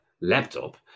laptop